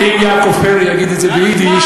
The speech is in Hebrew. אם יעקב פרי יגיד את זה ביידיש,